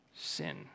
Sin